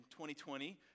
2020